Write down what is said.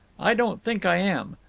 i don't think i am.